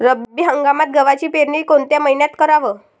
रब्बी हंगामात गव्हाची पेरनी कोनत्या मईन्यात कराव?